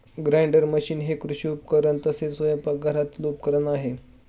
grinder machine हे कृषी उपकरण तसेच स्वयंपाकघरातील उपकरण आहे